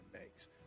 makes